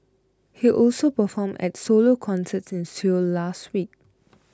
he also performed at solo concerts in Seoul last week